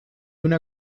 una